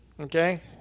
Okay